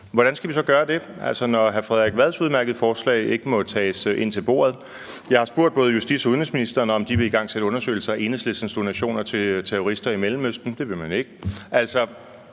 hvordan skal vi så gøre det, når hr. Frederik Vads udmærkede forslag ikke må tages ind til bordet. Jeg har spurgt både justits- og udenrigsministeren, om de vil igangsætte undersøgelser af Enhedslistens donationer til terrorister i Mellemøsten. Det vil man ikke.